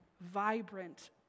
vibrant